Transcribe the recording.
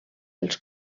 els